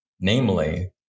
namely